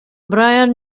bryan